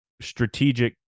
strategic